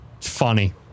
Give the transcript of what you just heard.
funny